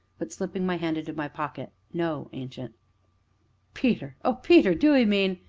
but slipping my hand into my pocket no, ancient peter oh, peter do ee mean?